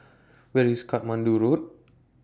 Where IS Katmandu Road